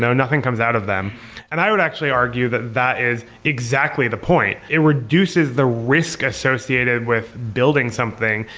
nothing comes out of them and i would actually argue that that is exactly the point. it reduces the risk associated with building something,